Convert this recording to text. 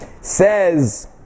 Says